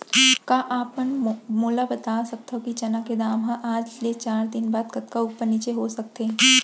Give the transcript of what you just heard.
का आप मन मोला बता सकथव कि चना के दाम हा आज ले चार दिन बाद कतका ऊपर नीचे हो सकथे?